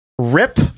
Rip